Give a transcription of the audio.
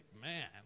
man